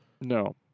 No